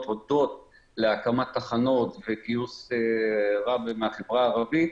הודות להקמת תחנות וגיוס רב מהעברה הערבית,